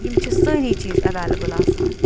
یِم چھِ سٲری چیٖز اٮ۪ویلِبٕل آسان